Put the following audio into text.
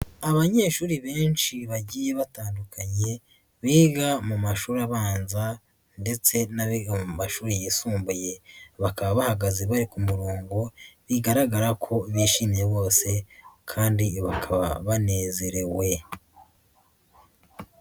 Abanyeshuri benshi bagiye batandukanye, biga mu mashuri abanza ndetse n'abiga mu mashuri yisumbuye. Bakaba bahagaze bari ku murongo, bigaragara ko bishimiye bose kandi bakaba banezerewe.